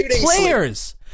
players